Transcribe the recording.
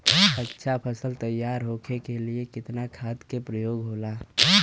अच्छा फसल तैयार होके के लिए कितना खाद के प्रयोग होला?